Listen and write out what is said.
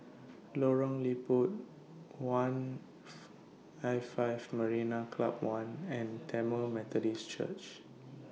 Lorong Liput one'L five Marina Club one and Tamil Methodist Church